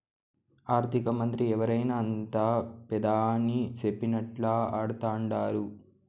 ఆర్థికమంత్రి ఎవరైనా అంతా పెదాని సెప్పినట్లా ఆడతండారు